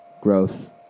growth